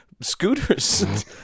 scooters